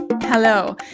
Hello